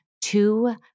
Two